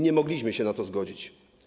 Nie mogliśmy się na to zgodzić.